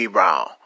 Brown